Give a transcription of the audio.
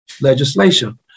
legislation